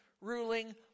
ruling